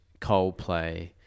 Coldplay